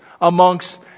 amongst